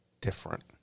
different